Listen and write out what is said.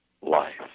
life